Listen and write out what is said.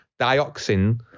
dioxin